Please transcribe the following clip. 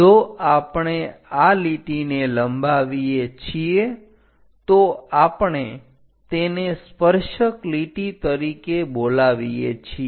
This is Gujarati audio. જો આપણે આ લીટીને લંબાવીએ છીએ તો આપણે તેને સ્પર્શક લીટી તરીકે બોલાવીએ છીએ